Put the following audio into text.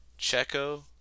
Checo